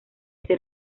ser